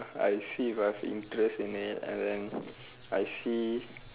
I see if I've interest in it and then I see